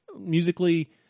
musically